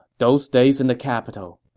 those days in the capital,